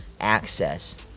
access